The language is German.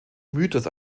mythos